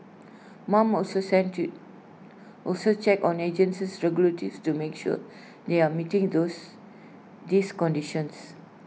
mom also thank to also checks on agencies regularly to make sure they are meeting those these conditions